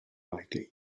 likely